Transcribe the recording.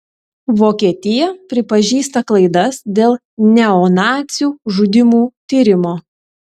vokietija pripažįsta klaidas dėl neonacių žudymų tyrimo